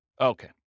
Okay